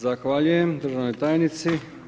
Zahvaljujem državnoj tajnici.